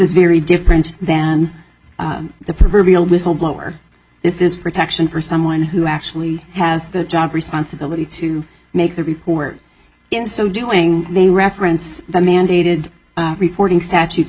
very different than the proverbial whistle blower this is protection for someone who actually has the job responsibility to make the report in so doing they reference the mandated reporting statutes